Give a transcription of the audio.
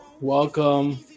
Welcome